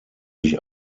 sich